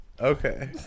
Okay